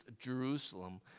jerusalem